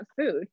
food